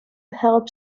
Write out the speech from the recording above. help